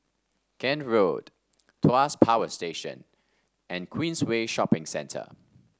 Kent Road Tuas Power Station and Queensway Shopping Centre